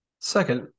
Second